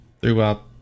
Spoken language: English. throughout